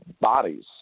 bodies